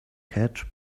catch